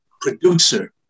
producer